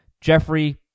Jeffrey